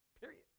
Period